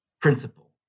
principle